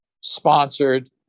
sponsored